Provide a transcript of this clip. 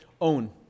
own